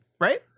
Right